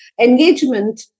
Engagement